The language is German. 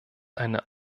eine